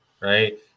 right